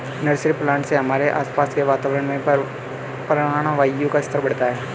nursery plant से हमारे आसपास के वातावरण में प्राणवायु का स्तर बढ़ता है